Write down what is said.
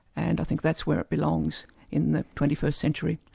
and i think that's where it belongs in the twenty first century.